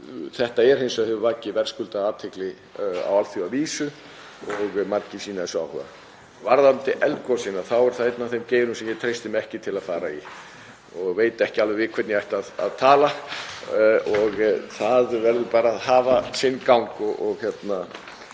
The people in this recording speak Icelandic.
Þetta hefur hins vegar vakið verðskuldaða athygli á alþjóðavísu og margir sýna þessu áhuga. Varðandi eldgosin þá er það einn af þeim geirum sem ég treysti mér ekki til að fara í og veit ekki alveg við hvern ég ætti að tala. Það verður bara að hafa sinn gang og lítið